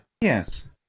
Yes